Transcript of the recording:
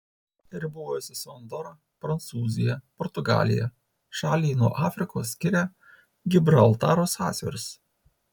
ribojasi su andora prancūzija portugalija šalį nuo afrikos skiria gibraltaro sąsiauris